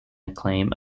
acclaim